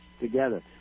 together